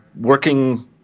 working